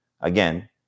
again